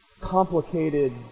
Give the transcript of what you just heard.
complicated